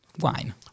Wine